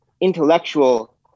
intellectual